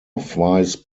vice